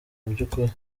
by’ukuri